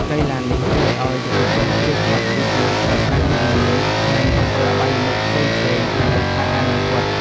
កីឡានេះជួយឱ្យយុវជនជៀសផុតពីការប្រើប្រាស់គ្រឿងញៀន និងអំពើអបាយមុខផ្សេងៗដែលបំផ្លាញអនាគត។